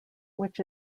which